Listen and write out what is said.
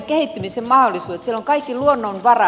siellä ovat kaikki luonnonvarat